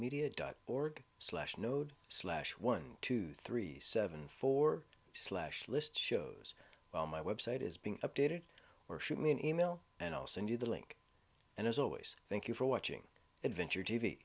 media dot org slash node slash one two three seven four slash list shows on my website is being updated or shoot me an email and i'll send you the link and as always thank you for watching adventure t